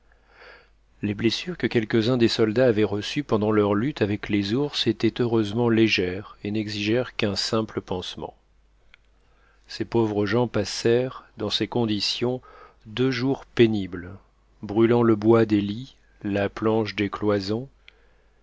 les blessures que quelques-uns des soldats avaient reçues pendant leur lutte avec les ours étaient heureusement légères et n'exigèrent qu'un simple pansement ces pauvres gens passèrent dans ces conditions deux jours pénibles brûlant le bois des lits la planche des cloisons